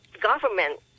government